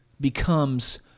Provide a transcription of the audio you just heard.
becomes